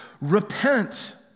Repent